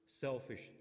selfish